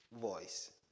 voice